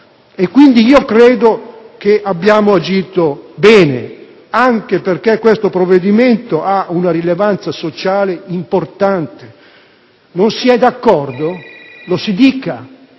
Credo pertanto che abbiamo agito bene, anche perché questo provvedimento ha una rilevanza sociale importante. Non si è d'accordo? Si dica